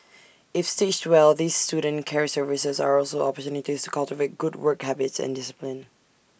if stitched well these student care services are also opportunities to cultivate good work habits and discipline